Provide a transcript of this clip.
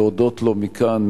להודות לו מכאן,